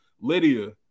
Lydia